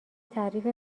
تعریف